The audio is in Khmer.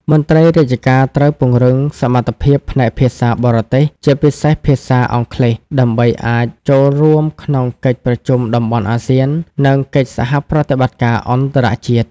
មន្ត្រីរាជការត្រូវពង្រឹងសមត្ថភាពផ្នែកភាសាបរទេស ជាពិសេសភាសាអង់គ្លេស ដើម្បីអាចចូលរួមក្នុងកិច្ចប្រជុំតំបន់អាស៊ាន និងកិច្ចសហប្រតិបត្តិការអន្តរជាតិ។